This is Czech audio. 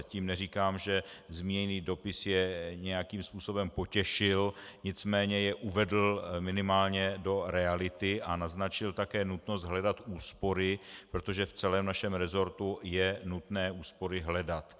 Tím neříkám, že zmíněný dopis je nějakým způsobem potěšil, nicméně je uvedl minimálně do reality a naznačil také nutnost hledat úspory, protože v celém našem resortu je nutné úspory hledat.